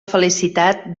felicitat